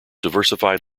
diversified